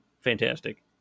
fantastic